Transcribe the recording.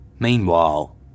Meanwhile